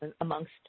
amongst